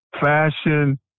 fashion